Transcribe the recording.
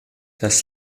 das